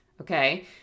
okay